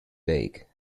bake